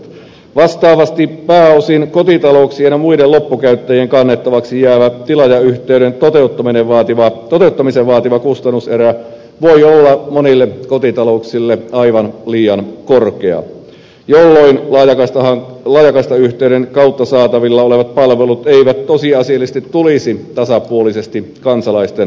vastaavasti pääosin kotitalouksien ja muiden loppukäyttäjien kannettavaksi jäävä tilaajayhteyden toteuttamisen vaativa kustannuserä voi olla monille kotitalouksille aivan liian korkea jolloin laajakaistayhteyden kautta saatavilla olevat palvelut eivät tosiasiallisesti tulisi tasapuolisesti kansalaisten saataville